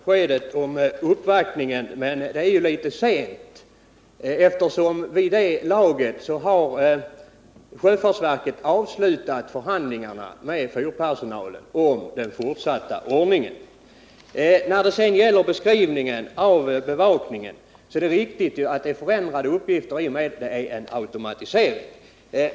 Herr talman! Jag tackar för beskedet om uppvaktningen. Men det är ju litet sent; vid det laget har sjöfartsverket avslutat förhandlingarna med fyrpersonalen om den framtida ordningen. Det är riktigt att uppgifterna förändrats i och med automatiseringen.